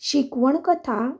शिकवण कथा